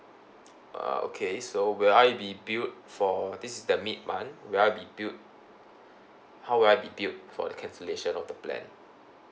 err okay so will I be billed for this is the mid month will I be billed how will I be billed for the cancellation of the plan